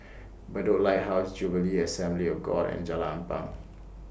Bedok Lighthouse Jubilee Assembly of God and Jalan Ampang